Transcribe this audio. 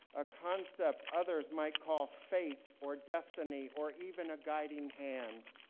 a concept others might call fate or destiny or even a guiding hand.